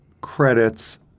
credits